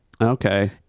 okay